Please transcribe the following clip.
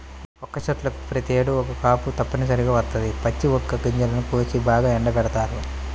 వక్క చెట్లకు ప్రతేడు ఒక్క కాపు తప్పనిసరిగా వత్తది, పచ్చి వక్క గింజలను కోసి బాగా ఎండబెడతారు